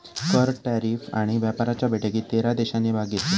कर, टॅरीफ आणि व्यापाराच्या बैठकीत तेरा देशांनी भाग घेतलो